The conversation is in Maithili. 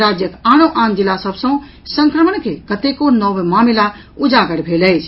राज्यक आनो आन जिला सभ सँ संक्रमण के कतेको नव मामिला उजागर भेल अछि